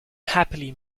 happily